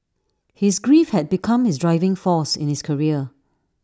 his grief had become his driving force in his career